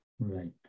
Right